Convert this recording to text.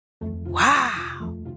Wow